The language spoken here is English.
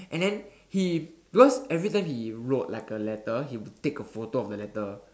and then he because everytime he wrote like a letter he would take a photo of the letter